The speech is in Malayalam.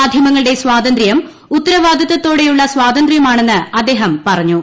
മാധ്യമങ്ങളുടെ സ്വാതന്ത്ര്യം ഉത്തരവാദിത്തതോടെയുള്ള സ്വാതന്ത്ര്യമാണെന്ന് അദ്ദേഹം പറഞ്ഞു